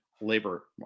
labor